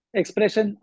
expression